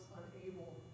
unable